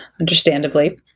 Understandably